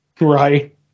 Right